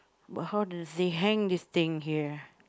but how does they hang this thing here